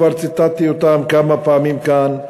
כבר ציטטתי אותם כמה פעמים כאן,